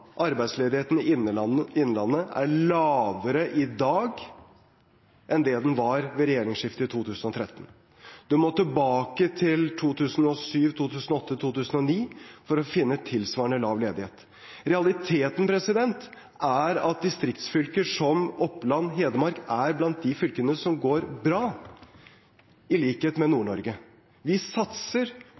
arbeidsledigheten i Innlandet, er lavere i dag enn det den var ved regjeringsskiftet i 2013. Vi må tilbake til 2007-2008-2009 for å finne tilsvarende lav ledighet. Realiteten er at distriktsfylker som Oppland og Hedmark er blant de fylkene som går bra, i likhet med Nord-Norge. Vi satser